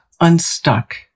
unstuck